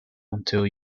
until